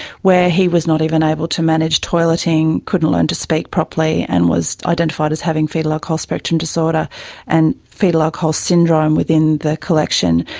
where he was not even able to manage toileting, couldn't learn to speak properly and was identified as having foetal alcohol spectrum disorder and foetal alcohol syndrome within the collection.